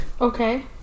Okay